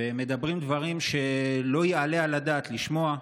ומדברים דברים שלא יעלה על הדעת לשמוע,